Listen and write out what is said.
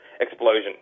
explosion